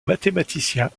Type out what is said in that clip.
mathématicien